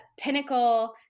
Pinnacle